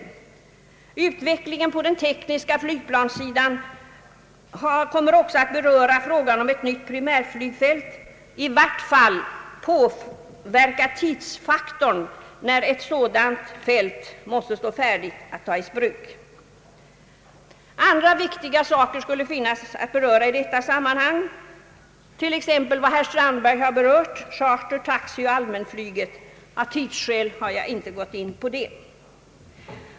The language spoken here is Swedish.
Den tekniska utvecklingen på flygplanssidan kommer också att beröra frågan om ett nytt primärflygfält, i vart fall påverka tidsfaktorn för när ett sådant fält måste stå färdigt att tas i anspråk. Andra viktiga saker skulle finnas att beröra i detta sammanhang, t.ex. vad herr Strandberg har berört — charter-, taxioch allmänflyget. Av tidsskäl går jag inte in på det.